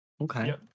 okay